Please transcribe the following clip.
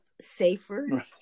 safer